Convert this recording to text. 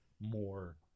more